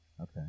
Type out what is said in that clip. Okay